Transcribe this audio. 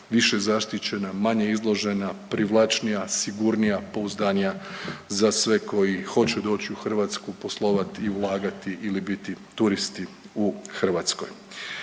više zaštićena, manje izložena, privlačnija, sigurnija, pouzdanija za sve koji hoće doći u Hrvatsku poslovati i ulagati ili biti turisti u Hrvatskoj.